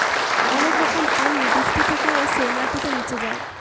অনেক রকম পানি বৃষ্টি থেকে এসে মাটিতে নিচে যায়